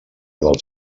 dels